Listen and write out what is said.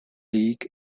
league